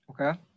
Okay